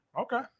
Okay